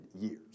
years